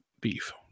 beef